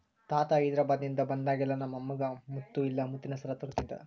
ತಾತ ಹೈದೆರಾಬಾದ್ನಿಂದ ಬಂದಾಗೆಲ್ಲ ನಮ್ಮ ಅಮ್ಮಗ ಮುತ್ತು ಇಲ್ಲ ಮುತ್ತಿನ ಸರ ತರುತ್ತಿದ್ದ